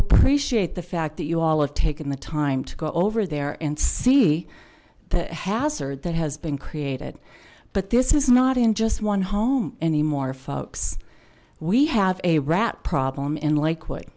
appreciate the fact that you all have taken the time to go over there and see the hazard that has been created but this is not in just one home anymore folks we have a rat problem in lakew